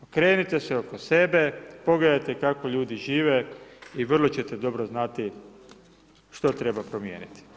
Okrenite se oko sebe pogledajte kako ljudi žive i vrlo ćete dobro znati što treba promijeniti.